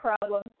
problems